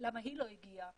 למה היא לא הגיעה לדיון הזה.